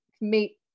meet